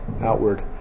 outward